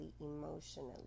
emotionally